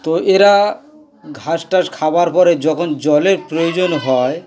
তো এরা ঘাস টাস খাওয়ার পরে যখন জলের প্রয়োজন হয়